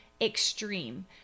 extreme